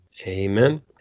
Amen